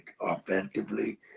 offensively